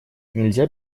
нельзя